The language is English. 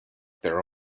their